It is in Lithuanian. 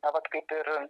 na vat kaip ir